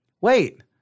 wait